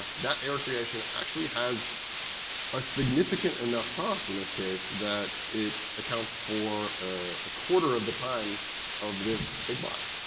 that your creation actually has a significant enough cost, in this case, that it accounts for a quarter of the time of this big block.